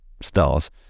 stars